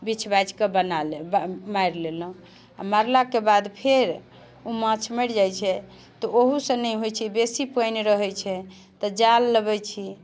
बिछि बाछिकऽ बना लेब मारि लेलहुँ आओर मारलाके बाद फेर ओ माछ मरि जाइ छै तऽ ओहूसँ नहि होइ छै बेसी पानि रहै छै तऽ जाल लबै छी